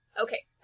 Okay